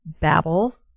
babble